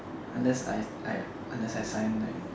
unless I I unless I sign like